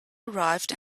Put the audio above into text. arrived